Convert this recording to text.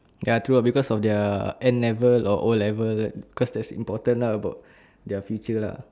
ya true ah because of their N level or O level because that's important lah about their future lah